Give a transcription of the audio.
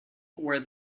were